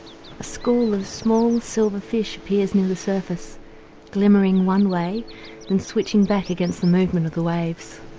a school of small silver fish appears near the surface glimmering one way and switching back against the movement of the waves.